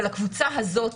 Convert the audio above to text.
אבל הקבוצה הזאת